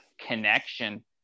connection